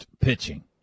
pitching